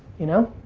you know?